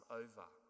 over